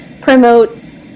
promotes